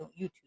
YouTube